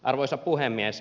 arvoisa puhemies